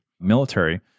military